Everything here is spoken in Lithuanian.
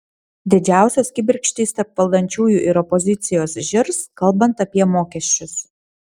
didžiausios kibirkštys tarp valdančiųjų ir opozicijos žirs kalbant apie mokesčius